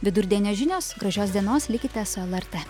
vidurdienio žinios gražios dienos likite su lrt